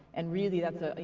and really, that's, ah you